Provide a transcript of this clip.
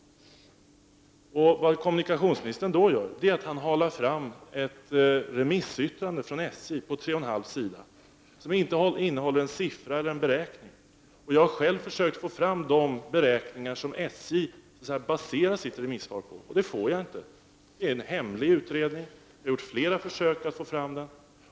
Vad kommunikationsministern då gör är att hala fram ett remissyttrande från SJ på tre och en halv sida, som inte innehåller en siffra eller en beräkning. Jag har själv försökt få fram de beräkningar som SJ baserar sitt remissvar på, men det har jag inte lyckats med. Det är en hemlig utredning, och det har gjorts flera försök att få fram den.